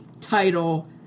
title